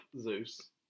Zeus